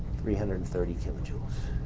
three hundred and thirty kilojoules.